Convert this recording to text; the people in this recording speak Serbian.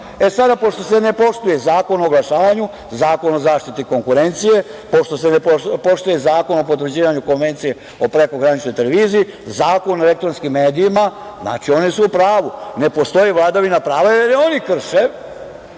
e sada, pošto se ne poštuje Zakon o oglašavanju, Zakon o zaštiti konkurencije, pošto se ne poštuje Zakon o potvrđivanju Konvencije i prekograničnoj televiziji, Zakon o elektronskim medijima, znači oni su u pravu. Ne postoji vladavina prava, jer je oni krše